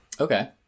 Okay